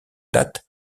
date